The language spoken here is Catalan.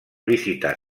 visitar